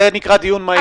זה נקרא דיון מהיר.